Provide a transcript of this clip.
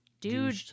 dude